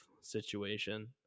situation